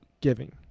giving